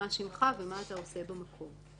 מה שמך ומה אתה עושה במקום.